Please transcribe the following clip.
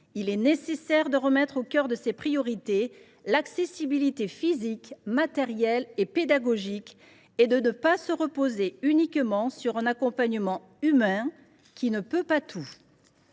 Il est nécessaire de remettre au cœur de ses priorités l’accessibilité physique, matérielle et pédagogique et de ne pas se reposer uniquement sur un accompagnement humain, qui ne peut pas tout.